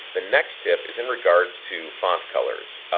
the next tip is in regards to font colours.